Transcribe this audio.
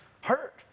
hurt